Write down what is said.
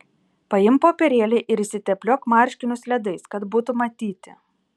paimk popierėlį ir išsitepliok marškinius ledais kad būtų matyti